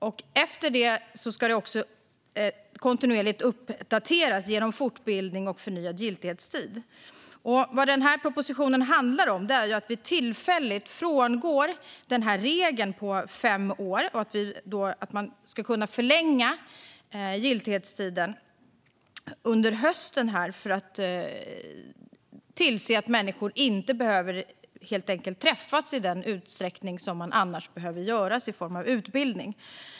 Därefter ska det kontinuerligt uppdateras genom fortbildning för förnyad giltighetstid. Vad propositionen handlar om är att vi tillfälligt frångår regeln om fem års giltighetstid. Giltighetstiden ska kunna förlängas under hösten så att människor inte behöver träffas i samma utsträckning som de annars behöver göra i samband med utbildning.